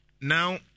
Now